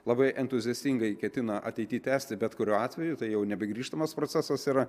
labai entuziastingai ketina ateity tęsti bet kuriuo atveju tai jau nebegrįžtamas procesas yra